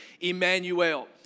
Emmanuel